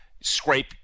scrape